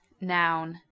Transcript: noun